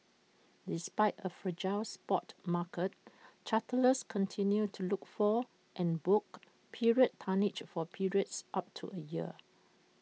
despite A fragile spot market charterers continued to look for and book period tonnage for periods up to A year